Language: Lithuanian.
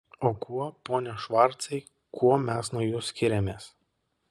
o kuo pone švarcai kuo mes nuo jų skiriamės